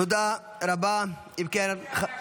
תראה כמה נשאר לך,